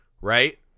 right